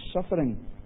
suffering